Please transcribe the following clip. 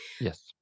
Yes